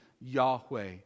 Yahweh